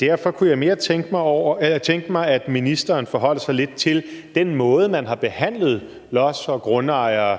Derfor kunne jeg mere tænke mig, at ministeren forholder sig lidt til den måde, man har behandlet lods- og grundejere